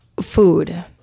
food